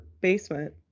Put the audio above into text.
basement